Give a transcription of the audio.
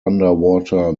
underwater